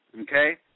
Okay